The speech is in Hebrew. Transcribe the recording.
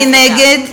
מי נגד?